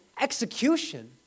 execution